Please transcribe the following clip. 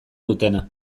dutena